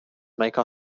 make